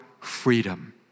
freedom